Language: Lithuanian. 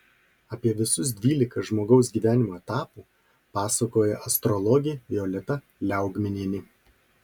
apie visus dvylika žmogaus gyvenimo etapų pasakoja astrologė violeta liaugminienė